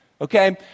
okay